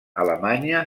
alemanya